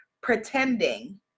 pretending